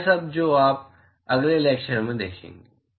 वह सब जो आप अगले लेक्चर में देखेंगे